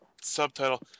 subtitle